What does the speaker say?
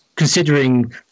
considering